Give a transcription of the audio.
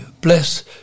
bless